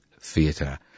Theatre